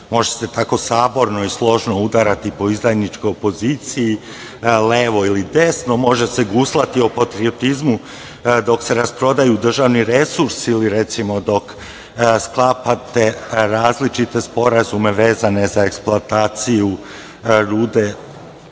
može se tako saborno i složno udarati po izdajničkoj opoziciji levo ili desno, može se guslati o patriotizmu dok se rasprodaju državni resursi ili, recimo, dok sklapate različite sporazume vezane za eksploataciju rude